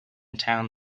town